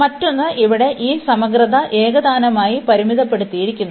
മറ്റൊന്ന് ഇവിടെ ഈ സമഗ്രത ഏകതാനമായി പരിമിതപ്പെടുത്തിയിരിക്കുന്നു